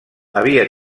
havia